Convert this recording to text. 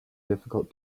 difficult